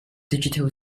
digital